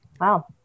Wow